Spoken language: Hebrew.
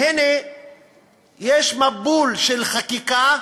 והנה יש מבול של חקיקה,